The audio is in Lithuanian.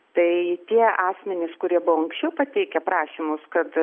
tai tie asmenys kurie buvo anksčiau pateikę prašymus kad